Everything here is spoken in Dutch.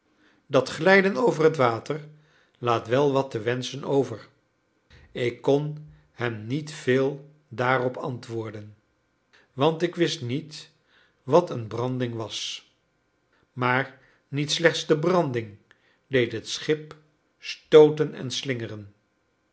dat glijden over het water laat wel wat te wenschen over ik kon hem niet veel daarop antwoorden want ik wist niet wat een branding was maar niet slechts de branding deed het schip stooten en slingeren